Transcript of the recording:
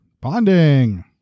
bonding